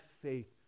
faith